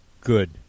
good